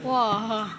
!wah! ha